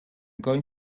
going